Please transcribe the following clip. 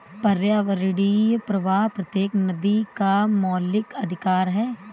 पर्यावरणीय प्रवाह प्रत्येक नदी का मौलिक अधिकार है